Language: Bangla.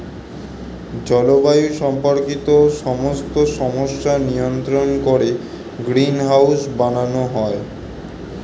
জলবায়ু সম্পর্কিত সমস্ত সমস্যা নিয়ন্ত্রণ করে গ্রিনহাউস বানানো হয়